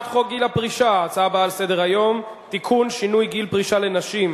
25 בעד, 35 מתנגדים.